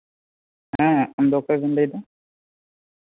ᱦᱮᱸ ᱟᱢ ᱫᱚ ᱚᱠᱭᱮᱢ ᱞᱟᱹᱭᱫᱟ